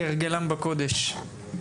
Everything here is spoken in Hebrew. כהרגלם בקודש.